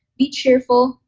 be cheerful.